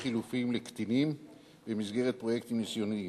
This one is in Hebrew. חלופיים לקטינים במסגרת פרויקטים ניסיוניים.